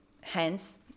hence